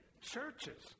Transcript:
churches